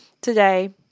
today